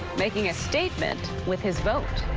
making a statement with his vote.